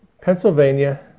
Pennsylvania